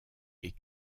est